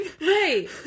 Right